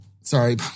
Sorry